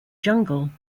jungle